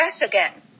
again